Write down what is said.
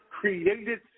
created